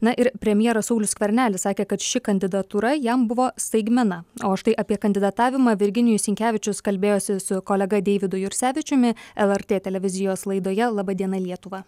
na ir premjeras saulius skvernelis sakė kad ši kandidatūra jam buvo staigmena o štai apie kandidatavimą virginijus sinkevičius kalbėjosi su kolega deividu jursevičiumi lrt televizijos laidoje laba diena lietuva